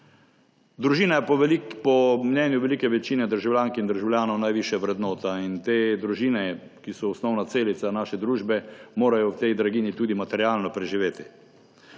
Družina je po mnenju velike večine državljank in državljanov najvišja vrednota in te družine, ki so osnovna celica naše družbe, morajo v tej draginji tudi materialno preživeti.